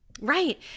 Right